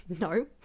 no